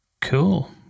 Cool